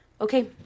okay